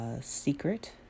Secret